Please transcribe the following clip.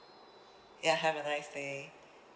ya have a nice day